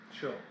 Sure